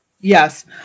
Yes